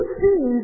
see